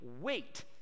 wait